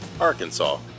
Arkansas